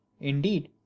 Indeed